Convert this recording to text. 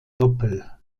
doppel